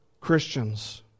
Christians